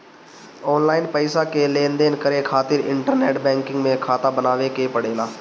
online पईसा के लेनदेन करे खातिर इंटरनेट बैंकिंग में खाता बनावे के पड़ेला